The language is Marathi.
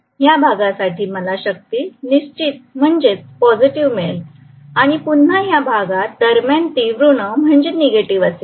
या भागासाठी मला शक्ती निश्चित म्हणजेच पॉझिटिव्ह मिळेल आणि पुन्हा या भागात दरम्यान ती ऋण म्हणजेच निगेटिव्ह असेल